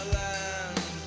land